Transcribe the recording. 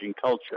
culture